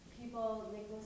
people